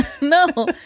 No